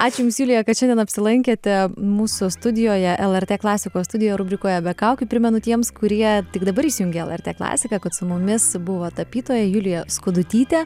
ačiū jums julija kad šiandien apsilankėte mūsų studijoje lrt klasikos studijo rubrikoje be kaukių primenu tiems kurie tik dabar įsijungė lrt klasiką kad su mumis buvo tapytoja julija skudutytė